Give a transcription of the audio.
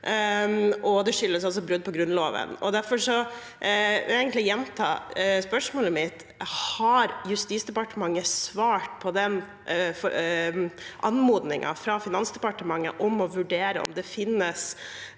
det skyldes altså brudd på Grunnloven. Derfor vil jeg gjenta spørsmålet mitt: Har Justisdepartementet svart på anmodningen fra Finansdepartementet om å vurdere om det finnes